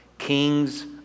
kings